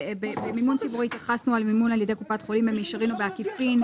במימון ציבורי התייחסנו למימון על ידי קופת החולים במישרין או בעקיפין.